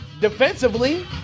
defensively